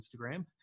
Instagram